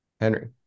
Henry